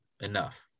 enough